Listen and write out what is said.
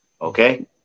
Okay